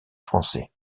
français